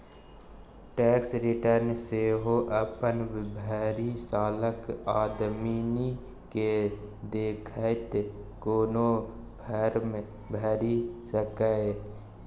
tax return सेहो अपन भरि सालक आमदनी केँ देखैत कोनो फर्म भरि सकैए